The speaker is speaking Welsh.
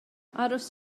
aros